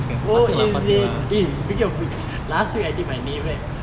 oh is it eh speaking of which last week I did my navex